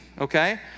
okay